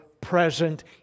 present